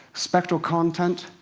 spectral content.